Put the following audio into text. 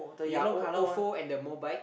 yea O Ofo and the Mobike